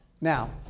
Now